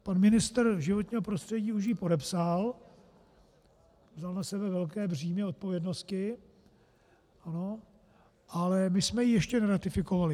Pan ministr životního prostředí už ji podepsal, vzal na sebe velké břímě odpovědnosti, ale my jsme ji ještě neratifikovali.